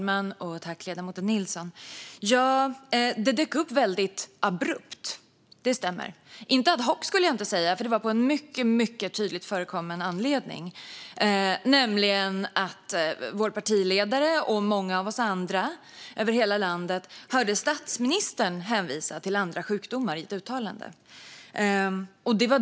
Fru talman! Ja, det dök upp väldigt abrupt. Det stämmer. Det var dock inte ad hoc, för det var på en tydligt förekommen anledning, nämligen att vår partiledare och många av oss andra i hela landet hörde statsministern hänvisa till andra sjukdomar i ett uttalande.